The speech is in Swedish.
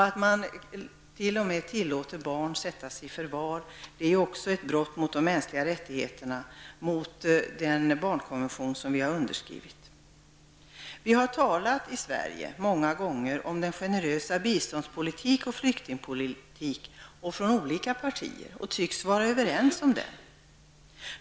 Att man t.o.m. låter barn sättas i förvar är också ett brott mot de mänskliga rättigheterna, mot den barnkonvention som vi har undertecknat. Vi har i Sverige många gånger från olika partier talat om vår generösa bistånds och flyktingpolitik, och vi tycks vara överens på den punkten.